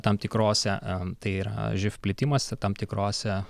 tam tikrose tai yra živ plitimas tam tikrose